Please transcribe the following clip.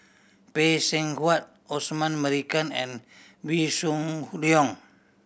Phay Seng Whatt Osman Merican and Wee Shoo Leong